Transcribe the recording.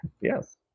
Yes